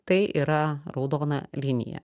tai yra raudona linija